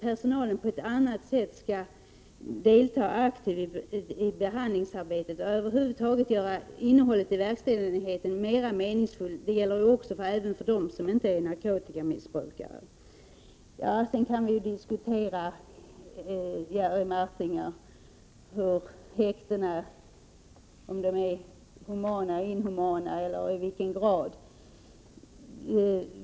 Personalen skall också delta aktivare i behandlingsarbetet och över huvud taget göra innehållet i verkställigheten mera meningsfullt. Det gäller även för klienter som inte är narkotikamissbrukare. Vi kan vidare diskutera, Jerry Martinger, i vilken grad häktena är humana eller inhumana.